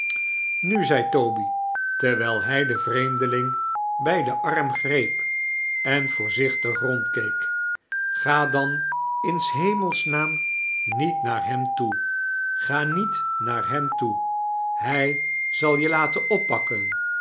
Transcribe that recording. nu zei toby terwijl hij den vreemdeling bij den arm greep en voorzichtig rondkeek ga dan in s hemelsnaam niet naar hem toe ga niet naar hem toe hij zal je laten oppakken